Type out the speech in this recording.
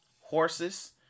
horses